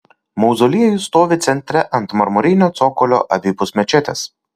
mauzoliejus stovi centre ant marmurinio cokolio abipus mečetės